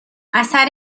اثر